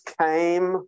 came